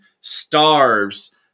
starves